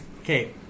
Okay